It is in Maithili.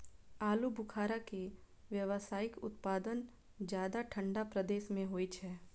आलू बुखारा के व्यावसायिक उत्पादन ज्यादा ठंढा प्रदेश मे होइ छै